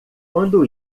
quando